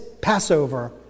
Passover